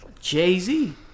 Jay-Z